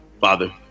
father